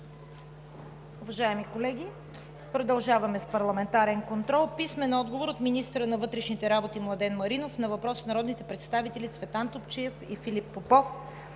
Уважаеми колеги, продължаваме с: ПАРЛАМЕНТАРЕН КОНТРОЛ. Писмени отговори: - от министъра на вътрешните работи Младен Маринов на въпрос от народните представители Цветан Топчиев и Филип Попов;